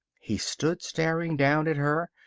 he stood staring down at her,